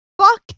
Fuck